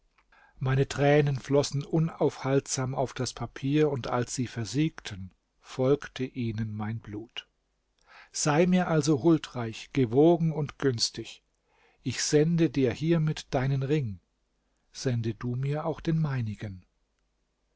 meine tränen flossen unaufhaltsam auf das papier und als sie versiegten folgte ihnen mein blut sei mir also huldreich gewogen und günstig ich sende dir hiermit deinen ring sende du mir auch den meinigen